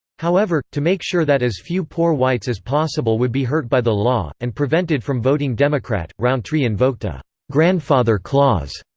however, to make sure that as few poor whites as possible would be hurt by the law, and prevented from voting democrat, rountree invoked a grandfather clause.